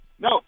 No